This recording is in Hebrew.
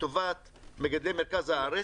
לטובת מגדלי מרכז הארץ,